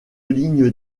ligne